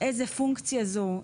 איזה פונקציה זו?